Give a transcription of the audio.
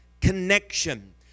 connection